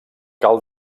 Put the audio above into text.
cal